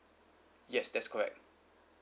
yes that's correct